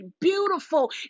beautiful